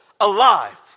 alive